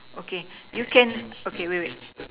okay you can okay wait wait